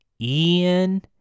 Ian